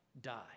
die